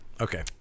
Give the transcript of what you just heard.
Okay